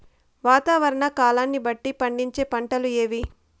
వాతావరణ కాలాన్ని బట్టి పండించే పంటలు ఏవి?